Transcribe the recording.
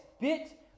bit